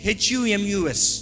humus